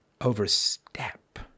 overstep